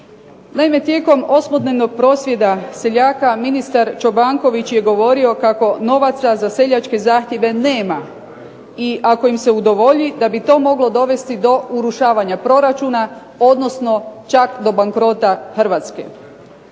tijekom 8-dnevnog prosvjeda seljaka ministar Čobanković je govorio kako novaca za seljačke zahtjeve nema i ako im se udovolji da bi to moglo dovesti do urušavanja proračuna, odnosno čak do bankrota Hrvatske.